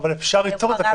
אבל אפשר לפתור את זה כך.